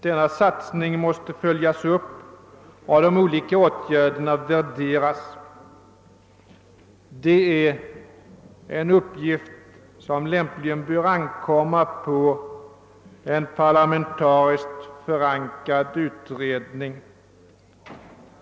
Denna satsning måste följas upp och åtgärderna värderas. Det är en uppgift som lämpligen bör ankomma på en parlamentariskt förankrad utredning.